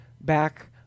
back